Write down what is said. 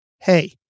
hey